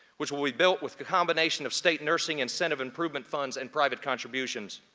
which will be built with the combination of state nursing incentive improvement funds and private contributions.